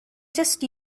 just